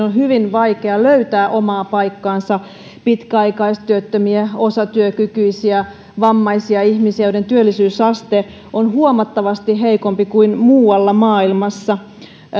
on hyvin vaikea löytää omaa paikkaansa pitkäaikaistyöttömiä osatyökykyisiä vammaisia ihmisiä joiden työllisyysaste on huomattavasti heikompi kuin muualla maailmassa